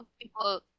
people